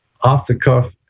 off-the-cuff